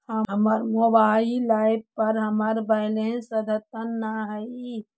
हमर mobile app पर हमर बैलेंस अद्यतन ना हई